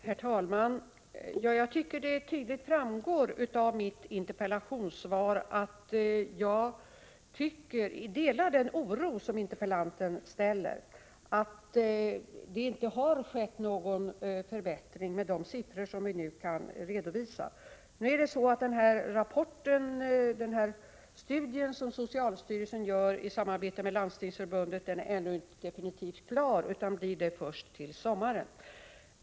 Herr talman! Jag tycker att det tydligt framgår av mitt interpellationssvar att jag delar den oro som interpellanten uttrycker över att det inte har skett någon förbättring i fråga om de siffror som nu kan redovisas. Den studie som socialstyrelsen gör i samarbete med Landstingsförbundet är ännu inte definitivt klar, utan blir det först i sommar.